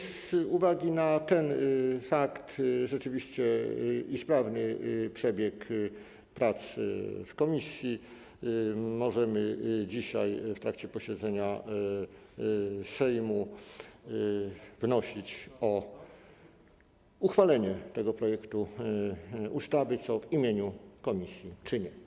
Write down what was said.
Z uwagi na ten fakt i sprawny przebieg prac w komisji możemy dzisiaj w trakcie posiedzenia Sejmu wnosić o uchwalenie tego projektu ustawy, co w imieniu komisji czynię.